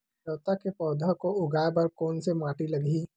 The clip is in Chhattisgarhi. चिरैता के पौधा को उगाए बर कोन से माटी लगही?